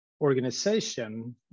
organization